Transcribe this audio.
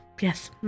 yes